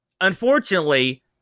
unfortunately